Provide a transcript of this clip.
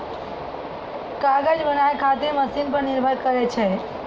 कागज बनाय खातीर मशिन पर निर्भर करै छै